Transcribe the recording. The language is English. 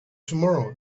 tomorrow